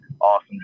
awesome